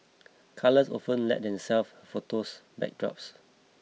colours often lend themselves photos as backdrops